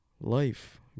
life